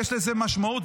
יש לזה משמעות,